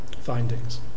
findings